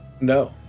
No